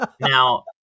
Now